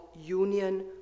union